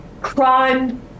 crime